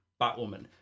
Batwoman